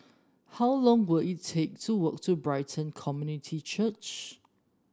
how long will it take to walk to Brighton Community Church